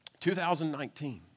2019